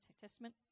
Testament